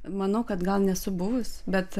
manau kad gal nesu buvus bet